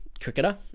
cricketer